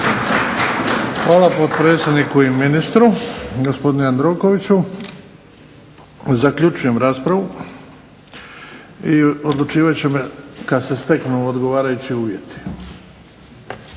Hvala potpredsjedniku i ministru gospodinu Jandrokoviću. Zaključujem raspravu. Odlučivat ćemo kad se steknu odgovarajući uvjeti.